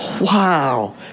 Wow